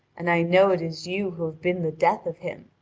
and i know it is you who have been the death of him.